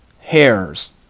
hairs